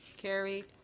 carried.